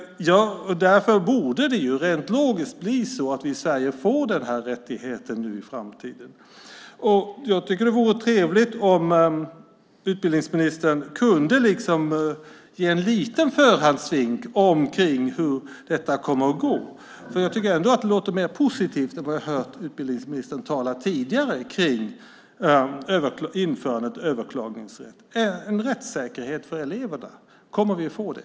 Därför borde det rent logiskt bli så att vi i Sverige får den rättigheten i framtiden. Jag tycker att det vore trevligt om utbildningsministern kunde ge en liten förhandsvink om hur detta kommer att gå. Jag tycker ändå att det låter mer positivt än det jag hört utbildningsministern säga tidigare om införande av överklagningsrätt. Det handlar om en rättssäkerhet för eleverna. Kommer vi att få det?